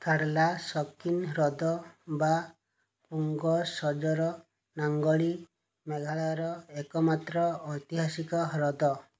ଥାଡ଼ଲାସକିନ ହ୍ରଦ ବା ପୁଙ୍ଗ ସଜର ନାଙ୍ଗଲି ମେଘାଳୟର ଏକମାତ୍ର ଐତିହାସିକ ହ୍ରଦ